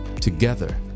together